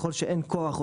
ההתעקשות?